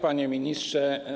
Panie Ministrze!